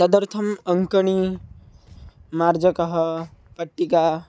तदर्थम् अङ्कनी मार्जकः पट्टिका